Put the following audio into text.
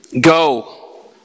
go